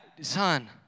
son